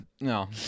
No